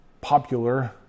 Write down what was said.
popular